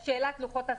ושאלת לוחות הזמנים.